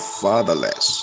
fatherless